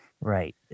right